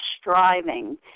striving